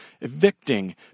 evicting